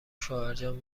شوهرجان